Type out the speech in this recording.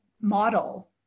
model